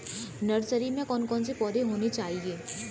Nursery में कौन कौन से पौधे होने चाहिए?